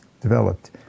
developed